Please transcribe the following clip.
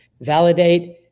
Validate